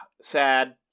Sad